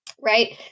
right